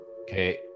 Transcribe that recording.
Okay